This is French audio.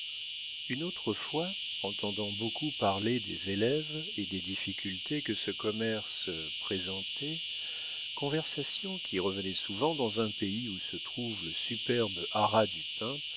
une autre fois entendant beaucoup parler des élèves et des difficultés que ce commerce présentait conversation qui revenait souvent dans un pays où se trouve le superbe haras du pin